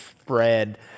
spread